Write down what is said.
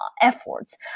efforts